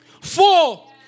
four